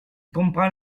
comprend